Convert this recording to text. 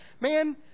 man